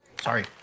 sorry